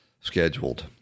scheduled